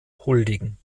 huldigen